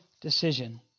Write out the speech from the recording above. decision